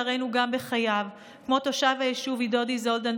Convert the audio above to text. כמו תושב היישוב עידודי זולדן,